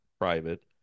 private